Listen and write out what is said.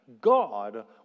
God